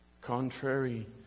contrary